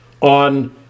on